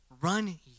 Run